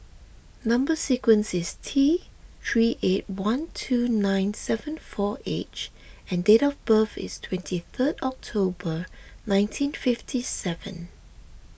Number Sequence is T three eight one two nine seven four H and date of birth is twenty third October nineteen fifty seven